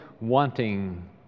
wanting